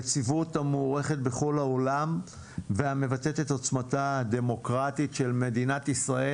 נציבות המוערכת בכל העולם והמבטאת את עוצמתה הדמוקרטית של מדינת ישראל.